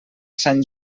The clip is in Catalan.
sant